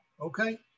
Okay